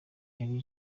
elie